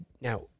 now